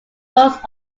most